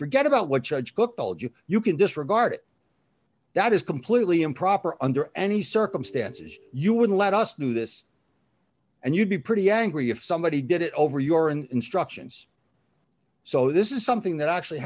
forget about what judge cook told you you can disregard it that is completely improper under any circumstances you would let us do this and you'd be pretty angry if somebody did it over your instructions so this is something that actually